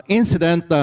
incident